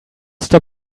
stop